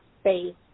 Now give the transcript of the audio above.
space